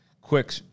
quick